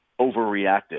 overreacted